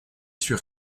sûr